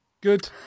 good